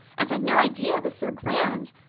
and i'd no idea it was so grand.